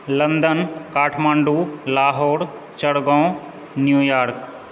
London Kathmandu Lahore Chargaon New York